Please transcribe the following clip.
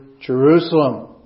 Jerusalem